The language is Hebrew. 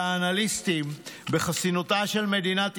" של האנליסטים בחסינותה של הכלכלה בישראל,